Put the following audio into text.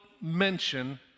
mention